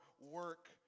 work